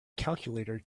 calculator